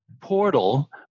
portal